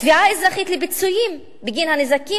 תביעה אזרחית לפיצויים בגין הנזקים